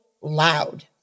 loud